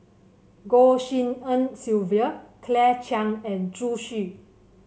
Goh Tshin En Sylvia Claire Chiang and Zhu Xu